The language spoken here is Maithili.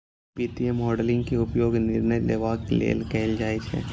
वित्तीय मॉडलिंग के उपयोग निर्णय लेबाक लेल कैल जाइ छै